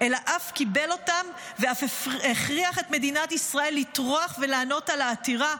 אלא קיבל אותן ואף הכריח את מדינת ישראל לטרוח ולענות על העתירה,